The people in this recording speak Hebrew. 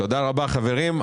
תודה רבה, חברים.